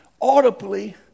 audibly